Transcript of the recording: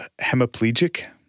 hemiplegic